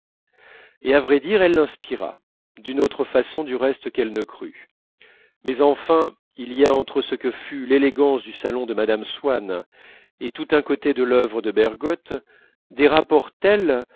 et à vrai dire elle l'inspira d'une autre façon du reste qu'elle ne crut mais enfin il y a entre ce que fut l'élégance du salon de mme swann et tout un côté de l'œuvre de bergotte des rapports tels